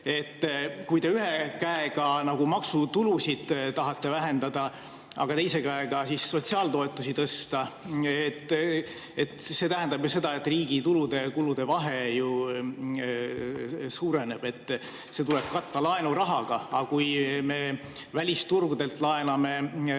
Kui te ühe käega nagu maksutulusid tahate vähendada, aga teise käega sotsiaaltoetusi tõsta, siis see tähendab seda, et riigi tulude ja kulude vahe ju suureneb, see tuleb katta laenurahaga. Aga kui me välisturgudelt laename raha